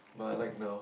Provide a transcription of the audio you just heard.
but I like now